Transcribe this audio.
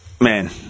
man